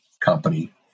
company